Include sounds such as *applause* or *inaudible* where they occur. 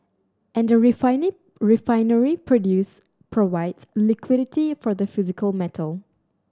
and a *unintelligible* refinery produces provides liquidity for the physical metal